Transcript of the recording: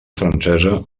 francesa